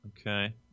Okay